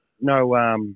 no